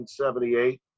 1978